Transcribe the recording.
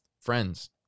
Friends